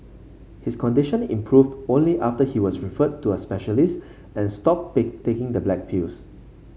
his condition improved only after he was referred to a specialist and stopped bake taking the black pills